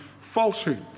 falsehood